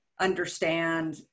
understand